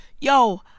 yo